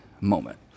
moment